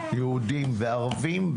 יהודים וערבים,